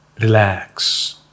Relax